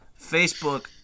Facebook